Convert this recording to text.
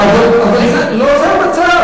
אבל לא זה המצב.